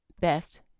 best